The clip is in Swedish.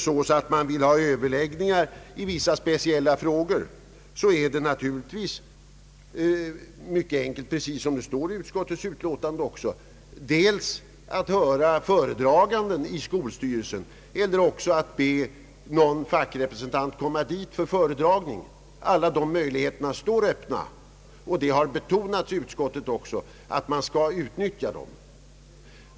Vill man ha överläggningar i vissa speciella frågor är det ju mycket enkelt — vilket också står i utskottets utlåtande — att be någon fackrepresentant infinna sig för föredragning eller att vara föredragande i skolstyrelsen i en viss fråga. Alla dessa möjligheter står öppna, och utskottet har också betonat att man skall utnyttja dem.